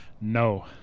No